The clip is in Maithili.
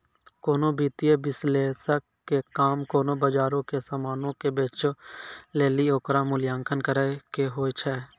कोनो वित्तीय विश्लेषक के काम कोनो बजारो के समानो के बेचै लेली ओकरो मूल्यांकन करै के होय छै